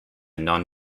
non